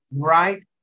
Right